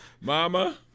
Mama